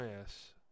yes